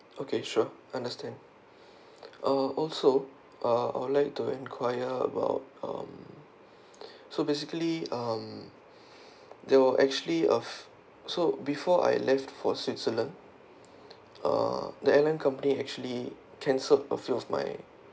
okay sure understand uh also uh I would like to inquire about um so basically um there were actually uh so before I left for switzerland uh the airline company actually cancelled a few of my